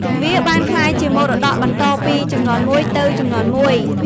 វាបានក្លាយជាមរតកបន្តពីជំនាន់មួយទៅជំនាន់មួយ។